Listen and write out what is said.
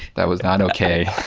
that was not okay,